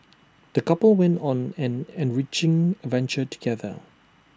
the couple went on an enriching adventure together